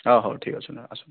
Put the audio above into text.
ହଉ ହଉ ଠିକ୍ ଅଛି ମ୍ୟାଡ଼ାମ ଆସନ୍ତୁ